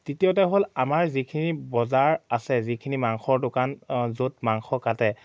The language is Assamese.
তৃতীয়তে হ'ল আমাৰ যিখিনি বজাৰ আছে যিখিনি মাংসৰ দোকান য'ত মাংস কাটে